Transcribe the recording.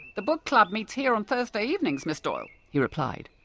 the book club meets here on thursday evenings, ms doyle, he replied,